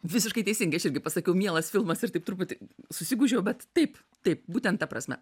visiškai teisingai aš irgi pasakiau mielas filmas ir taip truputį susigūžiau bet taip taip būtent ta prasme